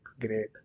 great